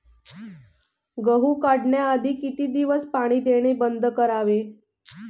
गहू काढण्याआधी किती दिवस पाणी देणे बंद करावे?